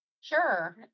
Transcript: Sure